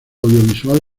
audiovisual